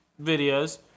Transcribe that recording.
videos